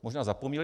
Možná zapomněli.